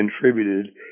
contributed